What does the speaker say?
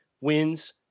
wins